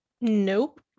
Nope